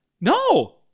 No